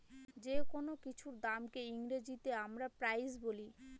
যেকোনো কিছুর দামকে ইংরেজিতে আমরা প্রাইস বলি